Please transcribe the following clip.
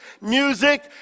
music